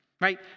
right